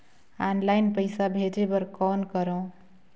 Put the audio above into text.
Online पईसा भेजे बर कौन करव?